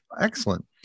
Excellent